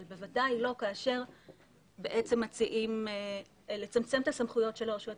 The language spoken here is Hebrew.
אבל בוודאי לא כאשר מציעים לצמצם את הסמכויות של הרשויות